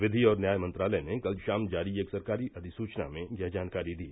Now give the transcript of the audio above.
विधि और न्याय मंत्रालय ने कल शाम जारी एक सरकारी अधिसुचना में यह जानकारी दी